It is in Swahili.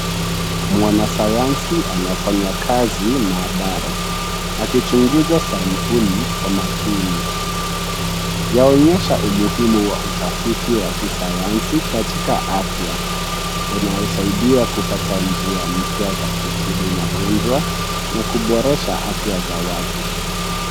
Mwanasayansi anafanya kazi maabara akichunguza sampuli kwa makini. Yaonyesha umuhimu wa utafiti wa kisayansi katika afya unaosaidia kupata njia mpya za kutibu magonjwa na kuboresha afya za watu.